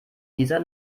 dieser